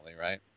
right